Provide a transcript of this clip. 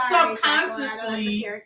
subconsciously